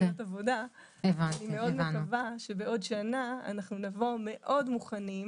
אני מאוד מקווה שבעוד שנה אנחנו נבוא מאוד מוכנים.